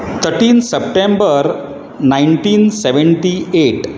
thirteen September nineteen seventy eight